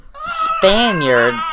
Spaniard